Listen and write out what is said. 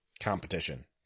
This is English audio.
competition